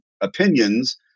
opinions